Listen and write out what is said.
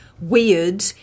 weird